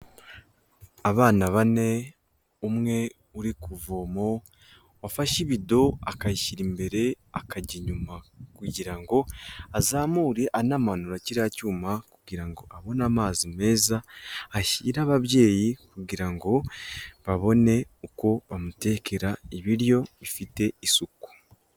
Abana bane, umwe uri ku vomo, wafashe ibido akayishyira imbere, akajya inyuma kugira ngo azamure anamanura kiriya cyuma kugira ngo abone amazi meza ashyira ababyeyi kugira ngo babone uko bamutekera ibiryo bifite isuku.